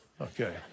Okay